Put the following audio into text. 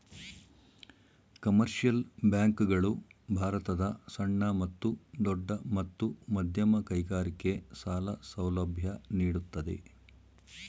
commercial bank ಗಳು ಭಾರತದ ಸಣ್ಣ ಮತ್ತು ದೊಡ್ಡ ಮತ್ತು ಮಧ್ಯಮ ಕೈಗಾರಿಕೆ ಸಾಲ ಸೌಲಭ್ಯ ನೀಡುತ್ತದೆ